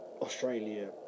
Australia